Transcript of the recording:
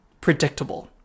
predictable